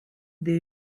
they